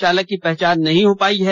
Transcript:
चालक की पहचान नहीं हो पाई है